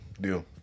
Deal